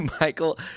Michael